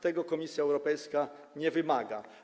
Tego Komisja Europejska nie wymaga.